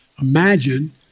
Imagine